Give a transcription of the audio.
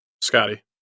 scotty